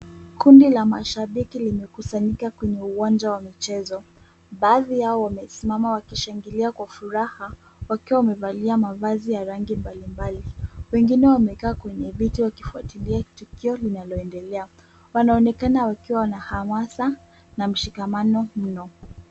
Kundi la mashibiki limekusanyika kwenye kiwanja wa mchezo, baadhi yao wamesimama wakishangilia kwa furaha wakiwa wamevalia mavazi ya rangi mbali mbali, wengine wamekaa kwenye viti wakifwatilia tukio linaloendelea. Wanaonekana wakiwa na hamu haswa mshikamano mno.